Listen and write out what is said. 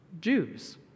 Jews